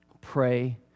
pray